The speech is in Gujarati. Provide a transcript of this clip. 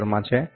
મી માં છે